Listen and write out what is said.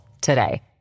today